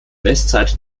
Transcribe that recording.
westseite